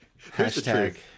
Hashtag